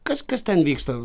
kas kas ten vyksta